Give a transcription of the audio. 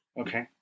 Okay